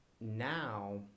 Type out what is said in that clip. now